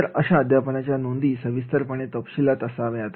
तर अशा अध्यापनाच्या नोंदीमध्ये सविस्तर तपशील असावा